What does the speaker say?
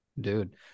dude